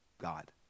God